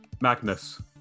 Magnus